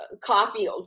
coffee